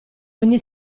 ogni